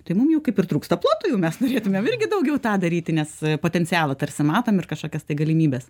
tai mum jau kaip ir trūksta ploto jau mes norėtumėm irgi daugiau tą daryti nes potencialą tarsi matom ir kažkokias tai galimybes